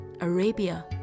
Arabia